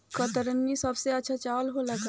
कतरनी सबसे अच्छा चावल होला का?